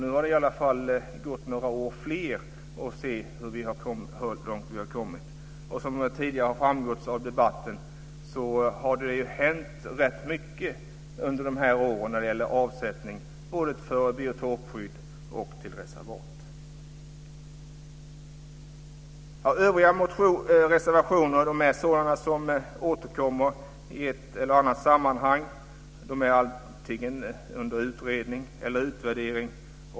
Nu har det i alla fall gått några år till, och nu får vi se hur långt vi har kommit. Som tidigare framgått av debatten har det ju hänt rätt mycket under de här åren när det gäller avsättning till både biotopskydd och reservat. Övriga reservationer är sådana som återkommer i ett eller annat sammanhang. De är antingen under utredning eller utvärdering.